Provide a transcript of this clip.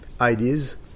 ideas